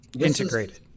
Integrated